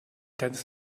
deines